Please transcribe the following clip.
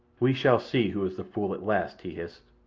we shall see who is the fool at last, he hissed,